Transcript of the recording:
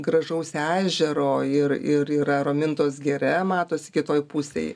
gražaus ežero ir ir yra romintos giria matosi kitoj pusėj